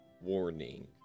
warning